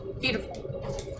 Beautiful